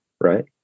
Right